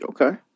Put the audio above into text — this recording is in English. okay